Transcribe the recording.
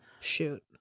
Shoot